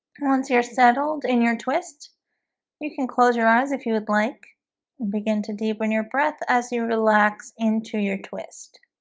once you're settled in your twist you can close your eyes if you would like and begin to deepen your breath as you relax into your twist